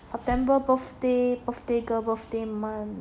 september birthday birthday girl birthday month